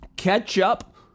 ketchup